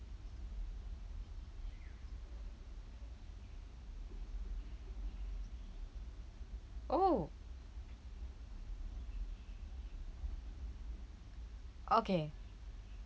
oh okay